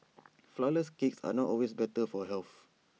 Flourless Cakes are not always better for health